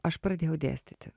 aš pradėjau dėstyti